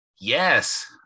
yes